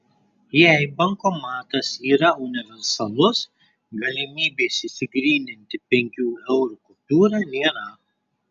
jei bankomatas yra universalus galimybės išsigryninti penkių eurų kupiūrą nėra